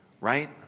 right